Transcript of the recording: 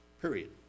Period